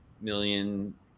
million